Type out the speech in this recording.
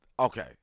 Okay